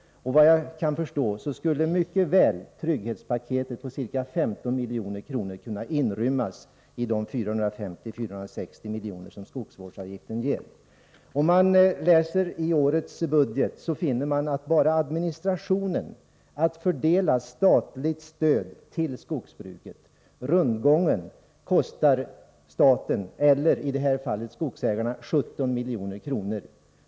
Såvitt jag kan förstå skulle trygghetspaketet på ca 15 milj.kr. mycket väl kunna inrymmas i de 450-460 miljoner som skogsvårdsavgiften ger. Om man läser årets budgetproposition finner man att bara administrationen för att fördela statligt stöd till skogsbruket — rundgången — kostar staten, eller i det här fallet skogsägarna, 17 milj.kr.